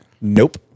Nope